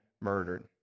murdered